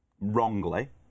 wrongly